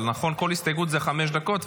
אבל כל הסתייגות זה חמש דקות,